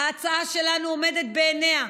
ההצעה שלנו עומדת בעינה: